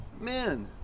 men